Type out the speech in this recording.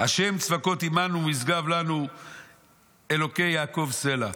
"ה' צבאות עמנו משגב לנו אלהי יעקב סלה".